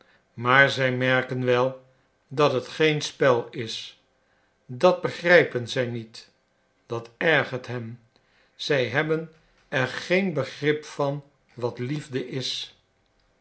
maar zij merken wel dat het geen spel is dat begrijpen zij niet dat ergert hen zij hebben er geen begrip van wat liefde is